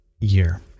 year